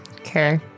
Okay